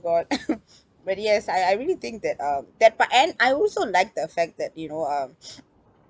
god but yes I I really think that um that part and I also like the fact that you know um